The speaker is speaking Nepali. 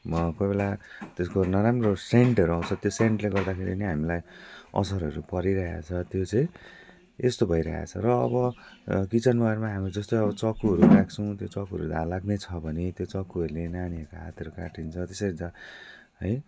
कोही बेला त्यसको नराम्रो सेन्टहरू आउँछ त्यो सेन्टले गर्दाखेरि नै हामीलाई असरहरू परिहेछ त्यो चाहिँ यस्तो भइरहेछ र अब किचनहरूमा जस्तो हामी चक्कुहरू राख्छौँ त्यो चक्कुहरू धार लाग्ने छ भने त्यो चक्कुहरूले नानीहरूको हातहरू काटिन्छ त्यसरी त है